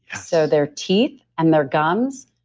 so their teeth and their gums,